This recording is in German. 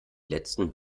letzten